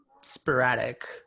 sporadic